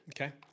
okay